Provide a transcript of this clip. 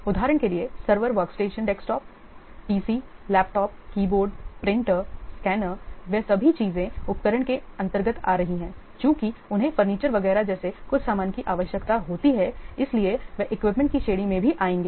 उदाहरण के लिए server work station desktop PC laptop keyboard printer scanner वे सभी चीजें इक्विपमेंट के अंतर्गत आ रही हैं और चूंकि उन्हें फर्नीचर वगैरह जैसे कुछ सामान की आवश्यकता होती है इसलिए वे इक्विपमेंट की श्रेणी में भी आएंगे